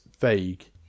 vague